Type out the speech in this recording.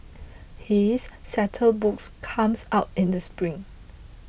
his saute book comes out in the spring